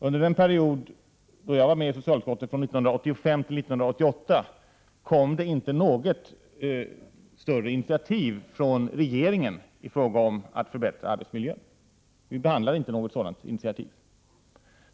Under den period som jag satt i socialutskottet, från 1985 till 1988, kom det inte något större initiativ från regeringen när det gäller att förbättra arbetsmiljön. Vi behandlade inte något sådant initiativ.